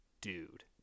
dude